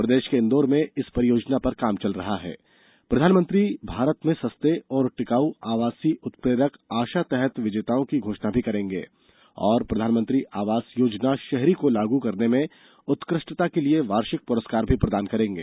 प्रदेश के इंदौर में इस परियोजना पर काम चल रहा हैप्रधानमंत्री भारत में सस्ते और टिकाऊ आवासीय उत्प्रेरक आशा तहत विजेताओं की घोषणा भी करेंगे और प्रधानमंत्री आवास योजना शहरी को लागू करने में उत्कृष्टता के लिए वार्षिक पुरस्कार भी प्रदान करेंगे